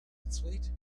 sweet